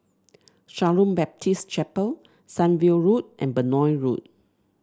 Shalom Baptist Chapel Sunview Road and Benoi Road